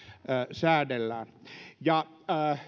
säädellään